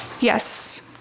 Yes